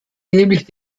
nämlich